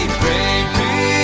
baby